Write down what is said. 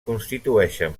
constitueixen